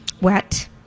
Wet